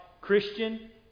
Christian